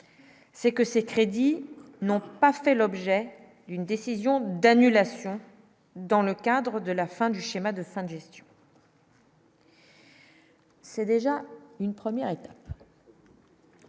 C'est que ces crédits n'ont pas fait l'objet d'une décision d'annulation dans le cadre de la fin du schéma de fin de gestion. C'est déjà une première.